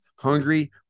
Hungry